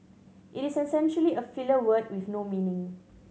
it is essentially a filler word with no meaning